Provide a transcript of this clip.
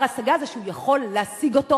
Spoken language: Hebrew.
בר-השגה זה שהוא יכול להשיג אותו